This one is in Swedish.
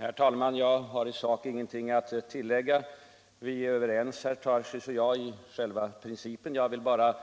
Herr talman! Jag har i sak ingenting att tillägga, herr Tarschys och jag är överens om själva principen. Jag vill bara,